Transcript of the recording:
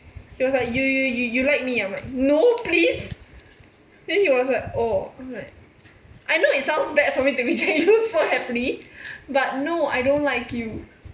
he was like you you you you like me I'm like no please then he was like orh I'm like I know it sounds bad for me to reject you so happily but no I don't like you